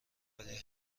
ولی